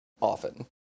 often